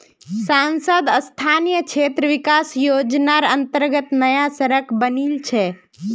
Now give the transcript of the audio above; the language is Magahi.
सांसद स्थानीय क्षेत्र विकास योजनार अंतर्गत नया सड़क बनील छै